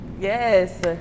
Yes